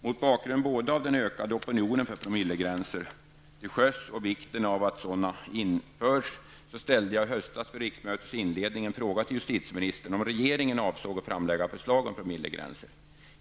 Mot bakgrund av såväl den ökade opinionen för promillegränser till sjöss som vikten av att sådana införs ställde jag i höstas vid riksmötets inledning en fråga till justitieministern, om regeringen avsåg att framlägga förslag om promillegränser.